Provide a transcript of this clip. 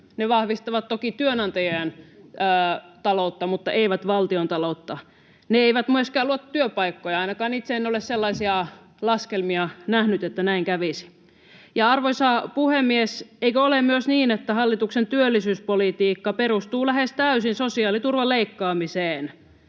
Ne vahvistavat toki työnantajien taloutta mutta eivät valtiontaloutta. Ne eivät myöskään luo työpaikkoja. Ainakaan itse en ole sellaisia laskelmia nähnyt, että näin kävisi. Arvoisa puhemies! Eikö ole myös niin, että hallituksen työllisyyspolitiikka perustuu lähes täysin sosiaaliturvan leikkaamiseen?